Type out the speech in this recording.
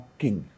king